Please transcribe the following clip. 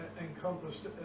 encompassed